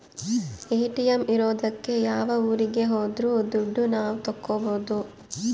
ATM ಇರೋದಕ್ಕೆ ಯಾವ ಊರಿಗೆ ಹೋದ್ರು ದುಡ್ಡು ನಾವ್ ತಕ್ಕೊಬೋದು